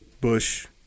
Bush